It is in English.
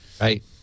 Right